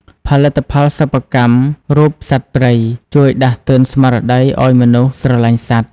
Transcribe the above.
ផលិតផលសិប្បកម្មរូបសត្វព្រៃ ជួយដាស់តឿនស្មារតីឱ្យមនុស្សស្រឡាញ់សត្វ។